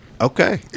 Okay